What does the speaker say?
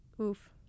Oof